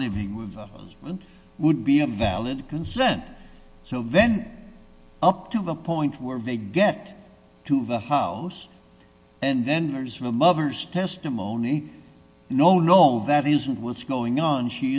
living with them would be a valid concern so then up to the point where they get to have a house and then there's my mother's testimony no no that isn't what's going on she